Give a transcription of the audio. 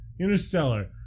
Interstellar